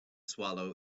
swallow